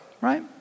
Right